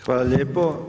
Hvala lijepo.